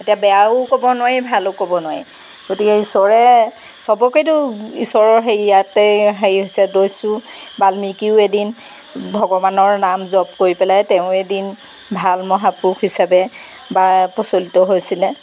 এতিয়া বেয়াও ক'ব নোৱাৰি ভালো ক'ব নোৱাৰি গতিকে ঈশ্বৰে সবকেইতো ঈশ্বৰৰ হেৰি ইয়াতে হেৰি হৈছে দৈষ্য়ু বাল্মিকীও এদিন ভগৱানৰ নাম জপ কৰি পেলাই তেওঁ এদিন ভাল মহাপুৰুষ হিচাপে বা প্ৰচলিত হৈছিলে